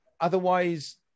otherwise